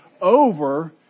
over